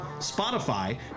Spotify